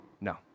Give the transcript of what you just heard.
No